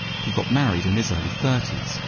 he got married in his early thirties.